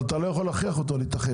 אבל אתה לא יכול להכריח אותם להתאחד.